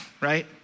right